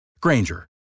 Granger